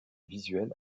visuel